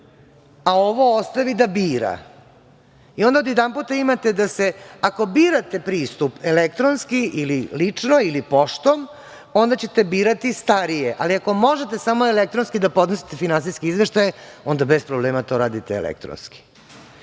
a ovo ostvi da bira. Onda odjedanput imate da se ako birate pristup elektronski ili lično ili poštom, onda ćete birati starije, ali ako možete samo elektronski da podnosite finansijske izveštaje, onda bez problema to radite elektronski. Sada